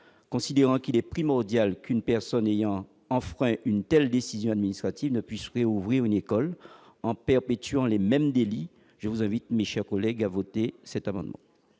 Considérant qu'il est primordial qu'une personne ayant enfreint une décision administrative ne puisse ouvrir de nouveau un établissement en perpétuant les mêmes délits, je vous invite, mes chers collègues, à adopter ce sous-amendement.